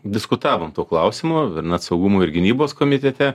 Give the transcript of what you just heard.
diskutavom tuo klausimu ir net saugumo ir gynybos komitete